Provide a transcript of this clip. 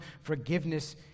forgiveness